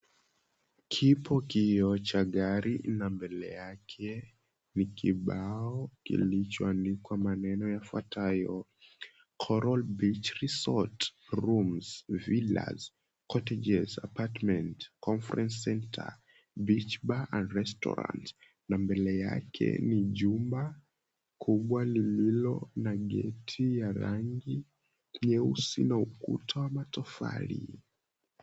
Kivukio cha gari, na mbele yake ni kibao kilichoandikwa maneno yafuatayo: 'Coral Beach Resort Rooms, Villas, Cottages, Apartments, Conference Centre, Beach Bar and Restaurant', na mbele yake ni jumba kubwa lililo na geti ya rangi nyeusi na ukuta wa matofali.